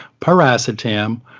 Paracetam